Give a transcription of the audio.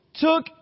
took